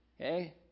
Okay